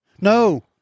No